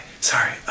sorry